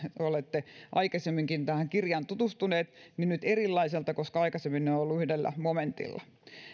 olette aikaisemminkin tähän kirjaan tutustuneet nyt erilaiselta koska aikaisemmin ne ovat olleet yhdellä momentilla